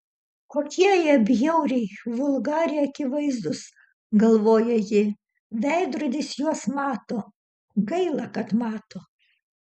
kokie jie bjauriai vulgariai akivaizdūs galvoja ji veidrodis juos mato gaila kad mato